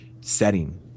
setting